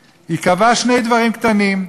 קבעה בקריטריונים שני דברים קטנים,